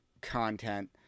content